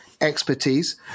expertise